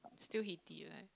still hate it right